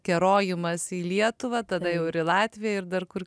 kerojimas į lietuvą tada jau ir į latviją ir dar kur